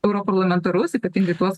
europarlamentarus ypatingai tuos